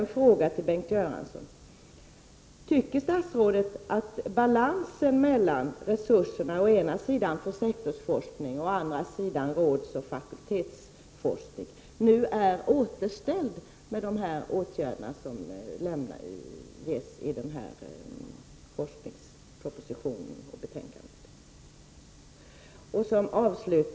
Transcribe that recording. En fråga till Bengt Göransson: Tycker statsrådet att balansen mellan å ena sidan resurerna för sektorforskningen och å andra sidan rådsoch fakultetsforskningen är återställd genom de åtgärder som föreslås i forskningspropositionen och betänkandet?